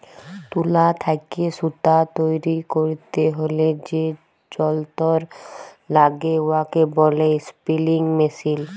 তুলা থ্যাইকে সুতা তৈরি ক্যইরতে হ্যলে যে যল্তর ল্যাগে উয়াকে ব্যলে ইস্পিলিং মেশীল